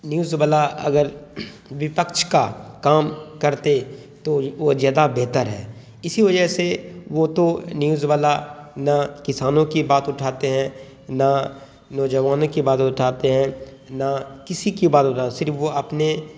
news والا اگر وپکچھ کا کام کرتے تو وہ جیادہ بہتر ہے اسی وجہ سے وہ تو نیوز والا نہ کسانوں کی بات اٹھاتے ہیں نہ نوجوانوں کی بات اٹھاتے ہیں نہ کسی کی بات اٹھا صرف وہ اپنے